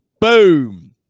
Boom